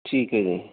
ਠੀਕ ਹੈ ਜੀ